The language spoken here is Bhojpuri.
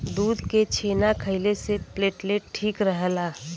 दूध के छेना खइले से प्लेटलेट ठीक रहला